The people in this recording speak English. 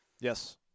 Yes